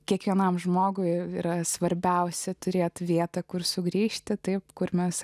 kiekvienam žmogui yra svarbiausia turėti vietą kur sugrįžti tai kur mes